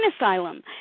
asylum